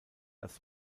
als